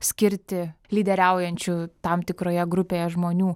skirti lyderiaujančių tam tikroje grupėje žmonių